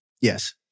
Yes